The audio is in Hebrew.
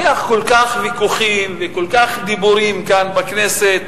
יש כל כך הרבה ויכוחים וכל כך הרבה דיבורים כאן בכנסת,